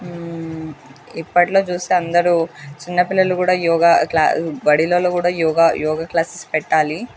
ఇప్పట్లో చూస్తే అందరూ చిన్నపిల్లలు కూడా యోగా క్లా బడిలల్లో కూడా యోగా యోగా క్లాసెస్ పెట్టాలి